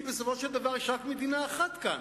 כי בסופו של דבר יש רק מדינה אחת כאן,